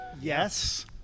Yes